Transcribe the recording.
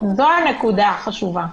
פה הנקודה החשובה.